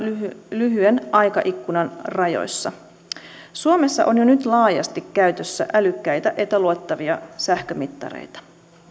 lyhyen aikaikkunan rajoissa suomessa on jo nyt laajasti käytössä älykkäitä etäluettavia sähkömittareita